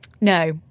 No